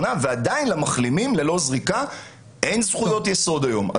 מנה ועדיין למחלימים ללא זריקה אין זכויות יסוד היום.